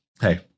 hey